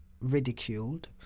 ridiculed